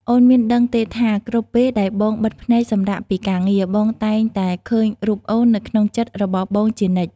អូនមានដឹងទេថា គ្រប់ពេលដែលបងបិទភ្នែកសម្រាកពីការងារ បងតែងតែឃើញរូបអូននៅក្នុងចិត្តរបស់បងជានិច្ច?